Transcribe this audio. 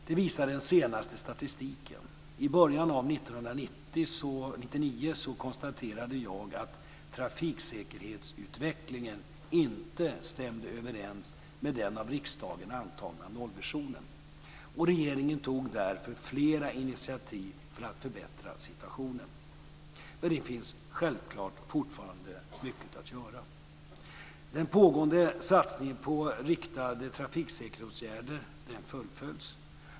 Det visar den senaste statistiken. I början av 1999 konstaterade jag att trafiksäkerhetsutvecklingen inte stämde överens med den av riksdagen antagna nollvisionen. Regeringen tog därför flera initiativ för att förbättra situationen. Det finns självklart fortfarande mycket att göra. Den pågående satsningen på riktade trafiksäkerhetsåtgärder fullföljs.